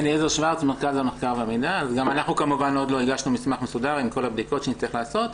גם אנחנו עדיין לא הגשנו מסמך מסודר עם כל הבדיקות שנצטרך לעשות,